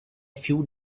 few